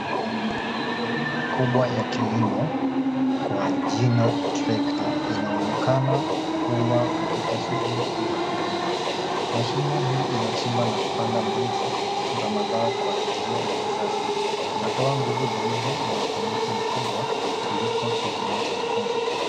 Mashine kubwa ya kilimo kwa jina Trekta inaonekana kuwa katika shuguli za kulima. Mashine hii inachimba na kupanda mbegu za mazao kwa njia ya kisasa. Inatoa nguvu zaidi na ufanisi mkubwa kuliko kilimo cha mkono.